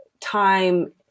time